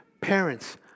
parents